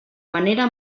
manera